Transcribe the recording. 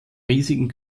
riesigen